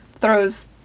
throws